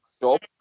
job